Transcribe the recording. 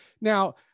Now